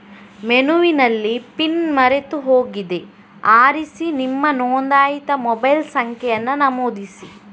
ಮೆನುವಿನಲ್ಲಿ ಪಿನ್ ಮರೆತು ಹೋಗಿದೆ ಆರಿಸಿ ನಿಮ್ಮ ನೋಂದಾಯಿತ ಮೊಬೈಲ್ ಸಂಖ್ಯೆಯನ್ನ ನಮೂದಿಸಿ